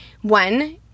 One